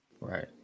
Right